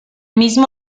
mismo